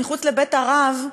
מחוץ לבית הרב,